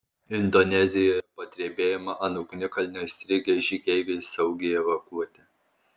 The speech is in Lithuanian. indonezijoje po drebėjimo ant ugnikalnio įstrigę žygeiviai saugiai evakuoti